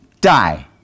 die